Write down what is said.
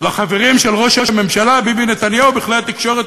לחברים של ראש הממשלה ביבי נתניהו בכלי התקשורת